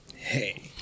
Hey